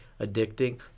addicting